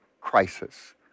crisis